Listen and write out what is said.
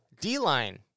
D-line